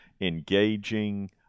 engaging